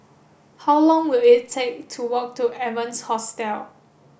how long will it take to walk to Evans Hostel